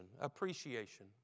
appreciation